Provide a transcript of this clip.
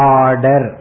order